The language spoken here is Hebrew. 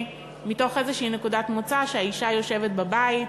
מתוך איזושהי נקודת מוצא שהאישה יושבת בבית